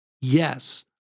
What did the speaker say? Yes